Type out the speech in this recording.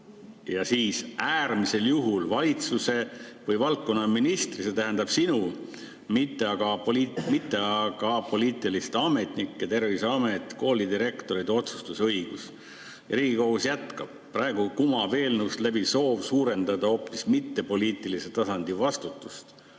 ja siis äärmisel juhul valitsuse või valdkonna [eest vastutava] ministri, see tähendab sinu, mitte aga apoliitiliste ametnike, Terviseameti või koolidirektorite otsustusõigust. Riigikohus jätkab, et praegu kumab eelnõust läbi soov suurendada hoopis mittepoliitilise tasandi vastutust